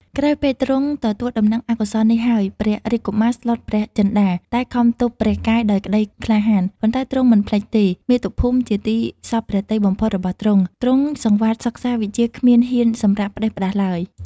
ក្រោយពេលទ្រង់ទទួលដំណឹងអកុសលនេះហើយ ព្រះរាជកុមារស្លុតព្រះចិន្ដា តែខំទប់ព្រះកាយដោយក្ដីក្លាហាន ប៉ុន្តែទ្រង់មិនភ្លេចទេ មាតុភូមិជាទីសព្វព្រះទ័យបំផុតរបស់ទ្រង់ ទ្រង់សង្វាតសិក្សាវិជ្ជាគ្មានហ៊ានសម្រាកផ្ដេសផ្ដាសឡើយ ។